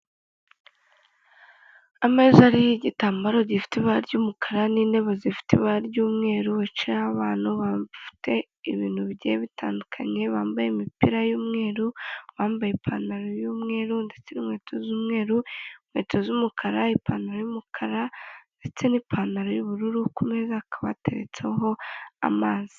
Ameza ariho igitambaro gifite ibara ry'umukara n'intebe zifite ibara ry'umweru; hicayeho abantu bafite ibintu bigiye bitandukanye; bambaye imipira y'umweru, bambaye ipantaro y'umweru ndetse n'inkweto z'umweru, inkweto z'umukara, ipantaro y'umukara ndetse n'ipantaro y'ubururu ku meza hakaba hateretseho amazi.